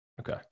Okay